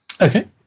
Okay